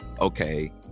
okay